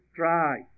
try